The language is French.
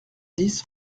dix